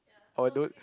although